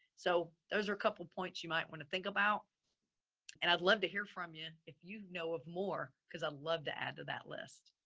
so those are a couple of points you might want to think about and i'd love to hear from you if you've know of more cause i love to add to that list.